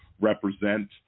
represent